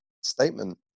statement